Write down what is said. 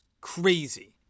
crazy